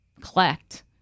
collect